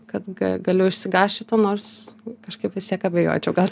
kad ga galiu išsigąst šito nors kažkaip vis tiek abejočiau gal